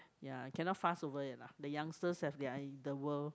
ya cannot fast forward it lah the youngsters have their inner world